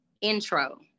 intro